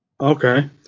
Okay